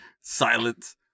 silence